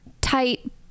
tight